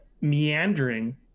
meandering